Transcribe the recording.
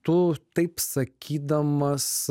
tu taip sakydamas